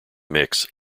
mix